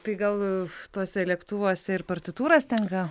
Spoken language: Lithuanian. tai gal tuose lėktuvuose ir partitūras tenka